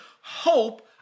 hope